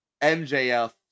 MJF